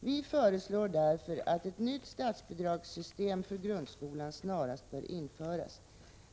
Vi föreslår därför att ett nytt statsbidragssystem för grundskolan snarast bör införas.